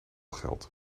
geld